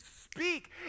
speak